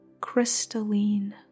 crystalline